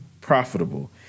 profitable